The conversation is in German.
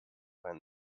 ein